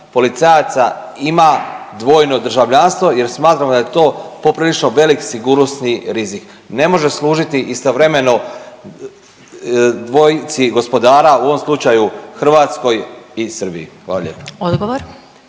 policajaca ima dvojno državljanstvo jer smatramo da je to poprilično velik sigurnosni rizik? Ne može služiti istovremeno dvojici gospodara, u ovom slučaju Hrvatskoj i Srbiji, hvala lijepo.